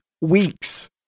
weeks